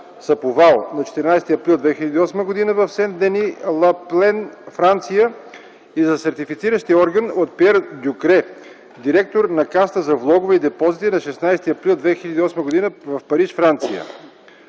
Саповал на 14 април 2008 г. в Сен Дени ла Плен, Франция, и за сертифициращият орган – от Пиер Дюкре, директор на Касата за влогове и депозити на 16 април 2008 г. в Париж, Франция.